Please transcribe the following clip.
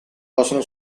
possono